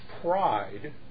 pride